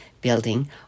building